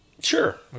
Sure